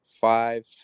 five